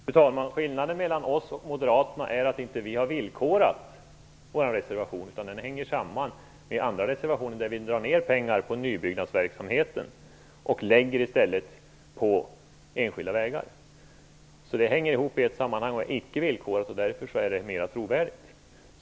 Fru talman! Skillnaden mellan oss och Moderaterna är att inte vi har villkorat vår reservation, utan den hänger samman med andra reservationer där vi föreslår minskningar i nybyggnadsverksamheten för att i stället lägga pengarna på enskilda vägar. Det hänger ihop i ett sammanhang och är icke villkorat. Därför är det mer trovärdigt.